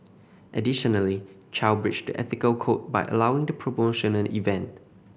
additionally Chow breached the ethical code by allowing the promotional event